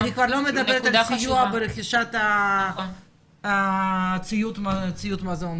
אני כבר לא מדברת על סיוע ברכישת ציוד מגן.